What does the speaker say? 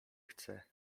chce